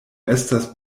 estas